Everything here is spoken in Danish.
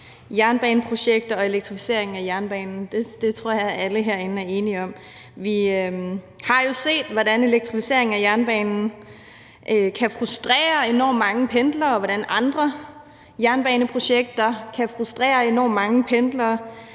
jernbaneprojekter og elektrificeringen af jernbanen; det tror jeg alle herinde er enige om. Vi har jo set, hvordan elektrificeringen af jernbanen kan frustrere enormt mange pendlere, og hvordan andre jernbaneprojekter kan frustrere enormt mange pendlere